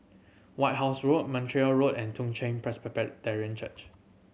White House Road Montreal Road and Toong Chai Church